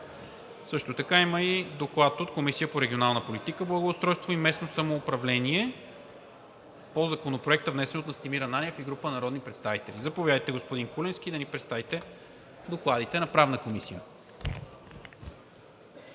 Също така има и Доклад от Комисията по регионална политика, благоустройството и местно самоуправление по Законопроекта, внесен от Настимир Ананиев и група народни представители. Заповядайте, господин Куленски, да ни представите докладите на Правната комисия.